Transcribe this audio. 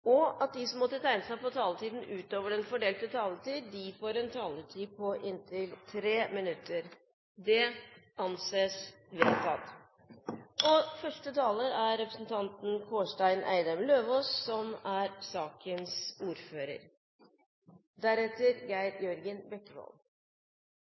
at de som måtte tegne seg på talerlisten utover den fordelte taletid, får en taletid på inntil 3 minutter. – Det anses vedtatt.